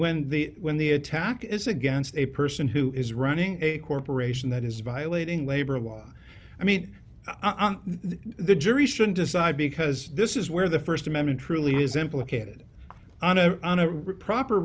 when the when the attack is against a person who is running a corporation that is violating labor laws i mean the jury should decide because this is where the st amendment truly is implicated on a on a